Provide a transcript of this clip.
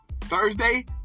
Thursday